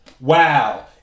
Wow